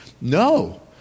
No